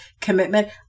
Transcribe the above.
Commitment